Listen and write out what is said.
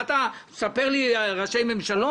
מה אתה מספר לי על ראשי ממשלות.